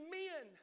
men